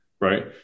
right